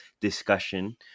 discussion